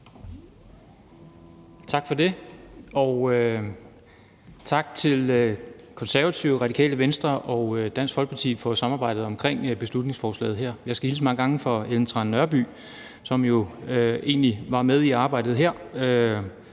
Tak, formand. Tak til Konservative, Radikale Venstre og Dansk Folkeparti for samarbejdet omkring beslutningsforslaget her. Jeg skal hilse mange gange fra fru Ellen Trane Nørby, som jo egentlig var med i arbejdet her.